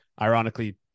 ironically